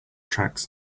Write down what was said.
tracks